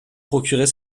procurer